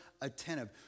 attentive